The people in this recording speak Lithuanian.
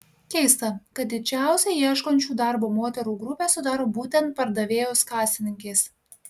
keista kad didžiausią ieškančių darbo moterų grupę sudaro būtent pardavėjos kasininkės